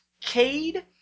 Cade